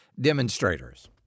demonstrators